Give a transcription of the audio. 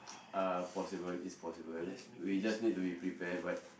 uh possible it's possible we just need to be prepared but